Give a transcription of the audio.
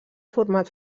format